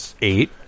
eight